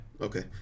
okay